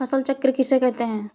फसल चक्र किसे कहते हैं?